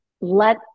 let